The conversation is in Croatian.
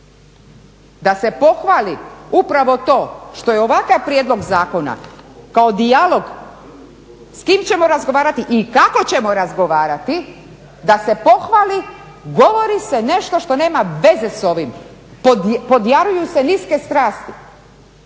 da se pohvali upravo to što je ovakav prijedlog zakona kao dijalog s kim ćemo razgovarati i kako ćemo razgovarati, da se pohvali govori se nešto što nema veze s ovim. Pojavljuju se niske strasti.